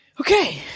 okay